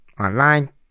online